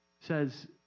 says